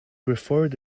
referred